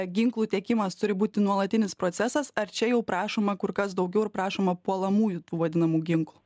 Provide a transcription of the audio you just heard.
ginklų tiekimas turi būti nuolatinis procesas ar čia jau prašoma kur kas daugiau ir prašoma puolamųjų tų vadinamų ginklų